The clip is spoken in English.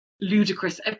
ludicrous